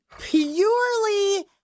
purely